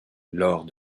lors